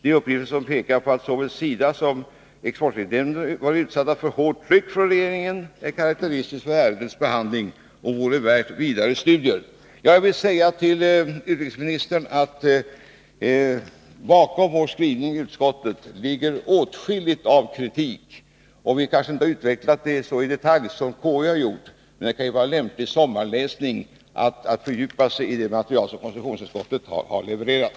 De uppgifter som pekar på att såväl SIDA som exportkreditnämnden varit utsatta för hårt tryck från regeringen är karakteristiskt för ärendets behandling och vore värda vidare studier. Jag vill säga till utrikesministern att bakom vår skrivning i utskottet ligger åtskilligt av kritik. Vi har kanske inte utvecklat det så i detalj som vi borde ha 171 gjort. Men det kan vara lämplig sommarläsning att fördjupa sig i det material som konstitutionsutskottet har levererat.